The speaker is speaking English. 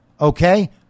okay